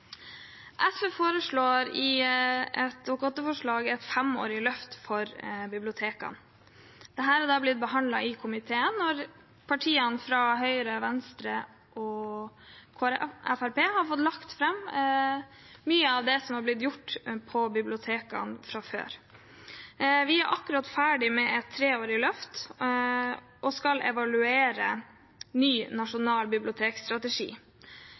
SV foreslår i et Dokument 8-forslag et femårig løft for bibliotekene. Dette er blitt behandlet i komiteen, og medlemmene fra Høyre, Venstre og Fremskrittspartiet har fått lagt fram mye av det som er blitt gjort på bibliotekene fra før. Vi er akkurat ferdig med et treårig løft og skal evaluere en ny nasjonal bibliotekstrategi